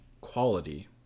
quality